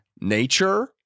nature